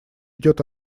идет